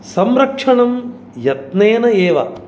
संरक्षणं यत्नेन एव